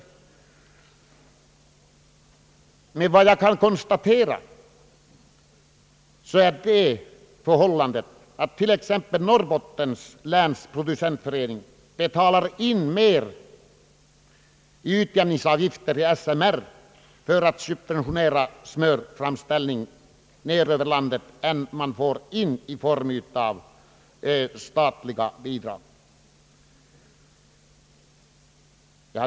Efter vad jag kan konstatera betalar t.ex. Norrbottens läns producentförening mera i utjämningsavgifter till SMR för att subventionera smörframställningen söderut i landet än vad föreningen får in i form av statliga bidrag.